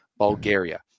Bulgaria